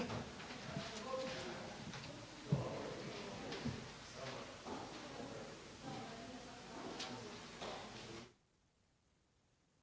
Hvala g.